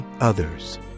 others